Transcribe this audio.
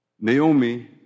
Naomi